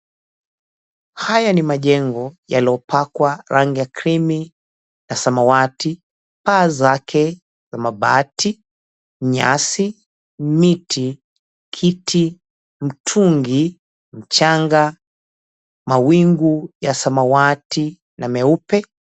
Haya ni majengo yaliyopakwa rangi ya krimi na samawati. Paa zake za mabati, nyasi, miti, kiti, mtungi, mchanga, mawingu ya samawati na meupe.